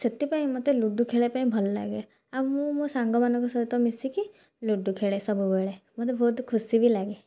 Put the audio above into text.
ସେଥିପାଇଁ ମୋତେ ଲୁଡ଼ୁ ଖେଳିବା ପାଇଁ ଭଲ ଲାଗେ ଆଉ ମୁଁ ମୋ ସାଙ୍ଗମାନଙ୍କ ସହିତ ମିଶିକି ଲୁଡ଼ୁ ଖେଳେ ସବୁବେଳେ ମୋତେ ବହୁତ ଖୁସି ବି ଲାଗେ